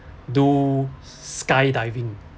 do skydiving